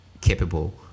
capable